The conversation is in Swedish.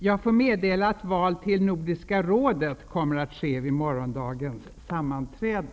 Jag får meddela att val till Nordiska rådet kommer att ske vid morgondagens sammanträde.